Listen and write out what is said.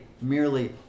merely